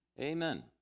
Amen